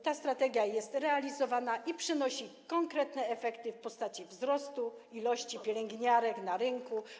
Ta strategia jest realizowana i przynosi konkretne efekty w postaci wzrostu liczby pielęgniarek na rynku.